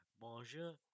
Bonjour